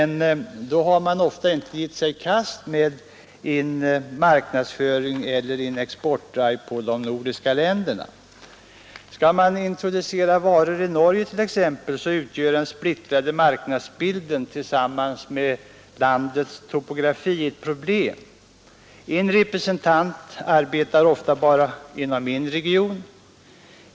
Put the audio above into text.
Då har man ofta inte gett sig i kast med en 29 mars 1973 marknadsföring eller en exportdrive på de nordiska länderna. Skall man ———— =:m( introducera varor i t.ex. Norge, utgör den splittrade marknadsbilden Handelssekreterare tillsammans med landets topografi ett problem. En representant arbetar ofta bara inom en region.